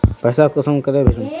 पैसा कुंसम भेज सकोही?